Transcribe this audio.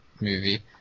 movie